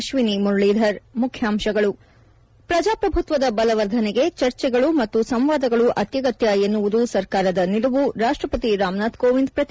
ಶ್ರಜಾಪ್ರಭುತ್ವದ ಬಲವರ್ಧನೆಗೆ ಚರ್ಚೆಗಳು ಮತ್ತು ಸಂವಾದಗಳು ಅತ್ಯಗತ್ತ ಎನ್ನುವುದು ಸರ್ಕಾರದ ನಿಲುವು ರಾಷ್ಷಪತಿ ರಾಮನಾಥ್ ಕೋವಿಂದ್ ಪ್ರತಿಪಾದನೆ